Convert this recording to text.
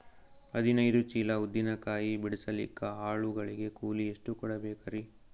ಹದಿನೈದು ಚೀಲ ಉದ್ದಿನ ಕಾಯಿ ಬಿಡಸಲಿಕ ಆಳು ಗಳಿಗೆ ಕೂಲಿ ಎಷ್ಟು ಕೂಡಬೆಕರೀ?